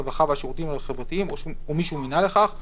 הרווחה והשירותים החברתיים או מי שהוא מינה לכך,